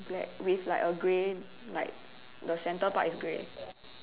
black with like a grey like the centre part is grey